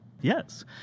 Yes